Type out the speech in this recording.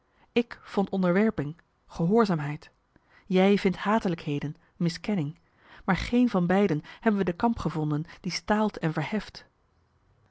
ik vond onderwerping gehoorzaamheid jij marcellus emants een nagelaten bekentenis vindt hatelijkheden miskenning maar geen van beiden hebben we de kamp gevonden die staalt en verheft